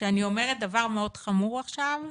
אני אומרת דבר מאוד חמור עכשיו,